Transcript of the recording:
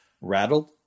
rattled